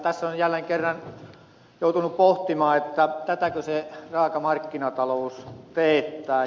tässä on jälleen kerran joutunut pohtimaan tätäkö se raaka markkinatalous teettää